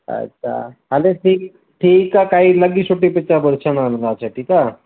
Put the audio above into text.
अच्छा हले ठीकु ठीकु आहे काइ लॻी सुठी त पोइ ॾिसणु हलंदासीं ठीकु आहे